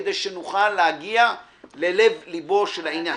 כדי שנוכל להגיע ללב ליבו של העניין.